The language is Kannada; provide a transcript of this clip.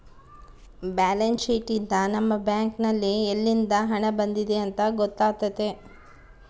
ಬ್ಯಾಲೆನ್ಸ್ ಶೀಟ್ ಯಿಂದ ನಮ್ಮ ಬ್ಯಾಂಕ್ ನಲ್ಲಿ ಯಲ್ಲಿಂದ ಹಣ ಬಂದಿದೆ ಅಂತ ಗೊತ್ತಾತತೆ